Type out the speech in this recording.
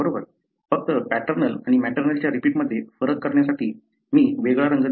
फक्त पॅटर्नल आणि मॅटर्नलच्या रिपीटमध्ये फरक करण्यासाठी मी वेगळा रंग दिला आहे